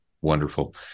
Wonderful